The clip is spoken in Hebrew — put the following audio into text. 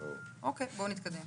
אוקיי, בואו נתקדם.